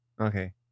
Okay